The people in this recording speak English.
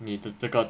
你的这个